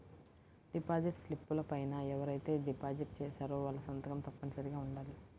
deposit స్లిపుల పైన ఎవరైతే డిపాజిట్ చేశారో వాళ్ళ సంతకం తప్పనిసరిగా ఉండాలి